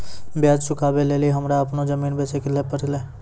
ब्याज चुकबै लेली हमरा अपनो जमीन बेचै ले पड़लै